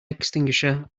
extinguisher